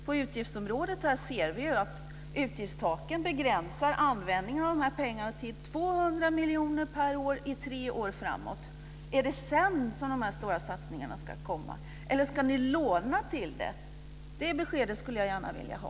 På utgiftsområdet ser vi att utgiftstaken begränsar användningen av dessa pengar till 200 miljoner per år i tre år framåt. Ska dessa stora satsningar komma sedan, eller ska ni låna till det? Det beskedet skulle jag gärna vilja ha.